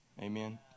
Amen